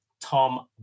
Tom